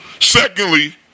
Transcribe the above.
Secondly